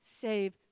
save